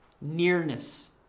nearness